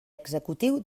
executiu